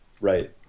right